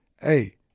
hey